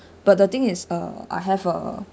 but the thing is uh I have a